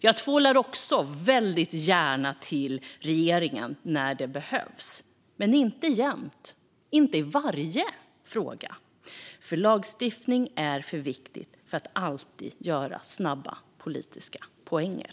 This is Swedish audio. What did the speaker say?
Jag tvålar också väldigt gärna till regeringen när det behövs. Men inte jämt. Inte i varje fråga. Lagstiftning är för viktigt för att alltid göra snabba politiska poänger.